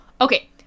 Okay